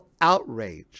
outrage